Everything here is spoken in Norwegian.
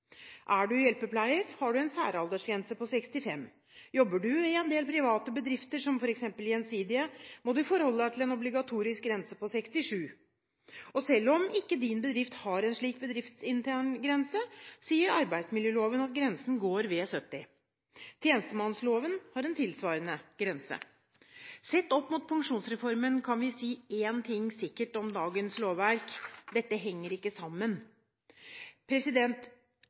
Er du hjelpepleier, har du en særaldersgrense på 65 år. Jobber du i en del private bedrifter, som f.eks. Gjensidige, må du forholde deg til en obligatorisk grense på 67 år. Og selv om ikke din bedrift har en slik bedriftsintern grense, sier arbeidsmiljøloven at grensen går ved 70 år. Tjenestemannsloven har en tilsvarende grense. Sett opp mot pensjonsreformen kan vi si én ting sikkert om dagens lovverk: Dette henger ikke sammen.